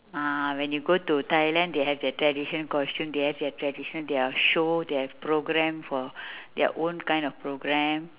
ah when you go to thailand they have their tradition costume they have their tradition they have show they have programme for their own kind of programme